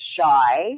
shy